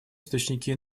источники